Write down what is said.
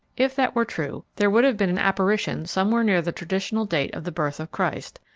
if that were true there would have been an apparition somewhere near the traditional date of the birth of christ,